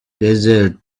desert